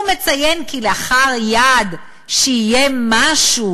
הוא מציין כלאחר יד שיהיה משהו,